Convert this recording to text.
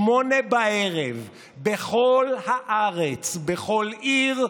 בשעה 20:00, בכל הארץ, בכל עיר,